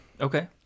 Okay